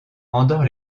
endort